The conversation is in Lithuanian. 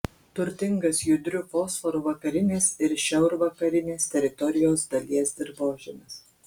turtingas judriu fosforu vakarinės ir šiaurvakarinės teritorijos dalies dirvožemis